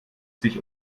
sich